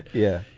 yeah.